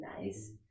nice